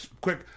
quick